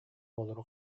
оҕолору